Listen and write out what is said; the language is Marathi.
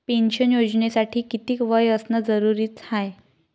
पेन्शन योजनेसाठी कितीक वय असनं जरुरीच हाय?